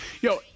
Yo